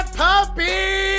puppy